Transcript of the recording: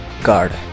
Card